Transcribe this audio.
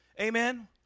Amen